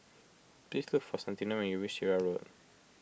please look for Santino when you reach Sirat Road